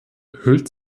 hüllt